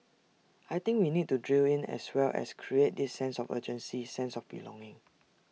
I think we need to drill in as well as create this sense of urgency sense of belonging